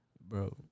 Bro